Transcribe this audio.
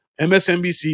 MSNBC